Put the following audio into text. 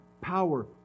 power